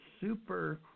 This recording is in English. super